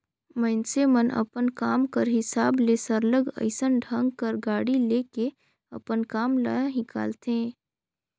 मइनसे मन अपन काम कर हिसाब ले सरलग अइसन ढंग कर गाड़ी ले के अपन काम ल हिंकालथें